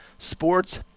Sports